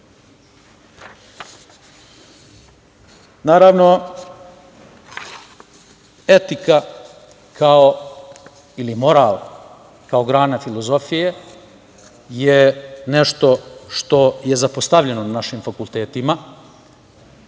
sporno. Naravno, etika ili moral kao grana filozofije je nešto što je zapostavljeno na našim fakultetima